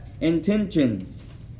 Intentions